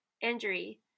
injury